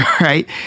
Right